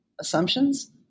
assumptions